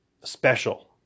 special